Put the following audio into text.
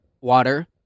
water